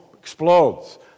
Explodes